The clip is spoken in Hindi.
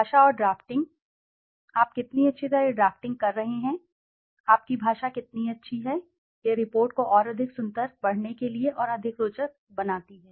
भाषा और ड्राफ्टिंग आप कितनी अच्छी तरह ड्राफ्टिंग कर रहे हैं आपकी भाषा कितनी अच्छी है यह रिपोर्ट को और अधिक सुंदर पढ़ने के लिए और अधिक रोचक बनाती है